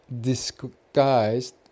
disguised